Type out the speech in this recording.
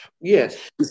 Yes